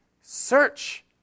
Search